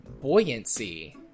Buoyancy